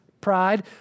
pride